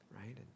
right